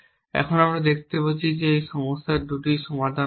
এখন আমরা দেখতে পাচ্ছি যে এই সমস্যার 2টি সমাধান রয়েছে